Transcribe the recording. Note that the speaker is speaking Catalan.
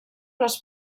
les